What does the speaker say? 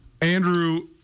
Andrew